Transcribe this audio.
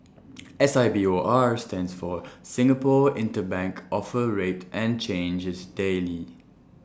S I B O R stands for Singapore interbank offer rate and changes daily